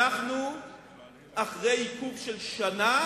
אחרי עיכוב של שנה